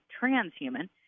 transhuman